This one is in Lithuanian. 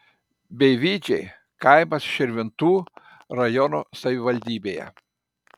beivydžiai kaimas širvintų rajono savivaldybėje